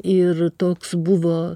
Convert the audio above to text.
ir toks buvo